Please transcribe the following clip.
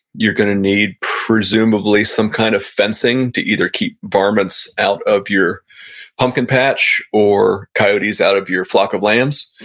you're going to need presumably some kind of fencing to either keep varmints out of your pumpkin patch or coyotes out of your flock of lambs.